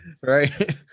right